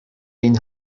این